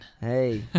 Hey